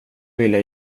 vilja